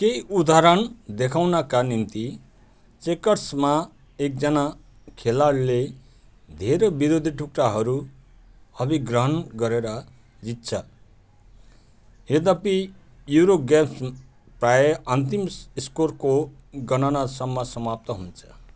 केही उदाहरण देखाउनका निम्ति चेकर्समा एकजना खेलाडीले धेरै विरोधी टुक्राहरू अभिग्रहण गरेर जित्छ यद्यपि युरो गेम्स प्रायः अन्तिम स्कोरको गणनासँग समाप्त हुन्छ